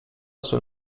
sul